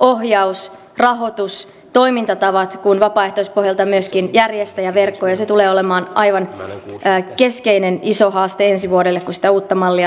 ohjaus rahoitus toimintatavat kuin vapaaehtoispohjalta myöskin järjestäjäverkko ja se tulee olemaan aivan keskeinen iso haaste ensi vuodelle kun sitä uutta mallia rakennetaan